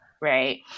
right